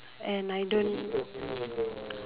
and I don't